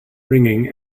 ringing